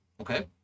Okay